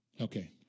Okay